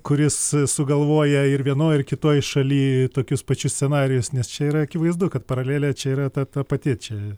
kuris sugalvoja ir vienoj ir kitoj šaly tokius pačius scenarijus nes čia yra akivaizdu kad paralelė čia yra ta ta pati čia